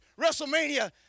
Wrestlemania